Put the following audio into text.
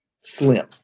Slim